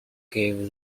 gave